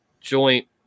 joint